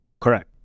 Correct